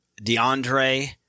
DeAndre